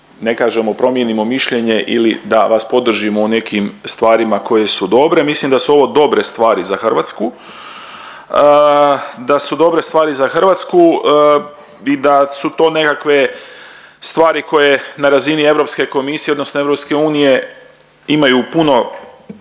ne kažemo promijenimo mišljenje ili da vas podržimo u nekim stvarima koje su dobre. Mislim da su ovo dobre stvari za Hrvatsku, da su dobre stvari za Hrvatsku i da su to nekakve stvari koje na razini Europske komisije odnosno EU imaju puno